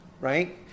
right